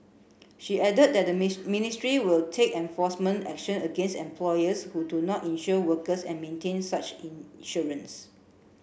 she added that the ministry will take enforcement action against employers who do not insure workers and maintain such insurance